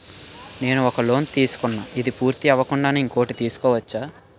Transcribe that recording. నేను ఒక లోన్ తీసుకున్న, ఇది పూర్తి అవ్వకుండానే ఇంకోటి తీసుకోవచ్చా?